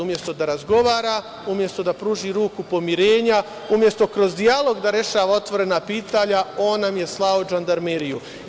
Umesto da razgovara, umesto da pruži ruku pomirenja, umesto kroz dijalog da rešava otvorena pitanja, on nam je slao žandarmeriju.